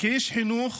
כאיש חינוך